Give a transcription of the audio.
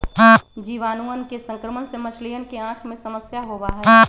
जीवाणुअन के संक्रमण से मछलियन के आँख में समस्या होबा हई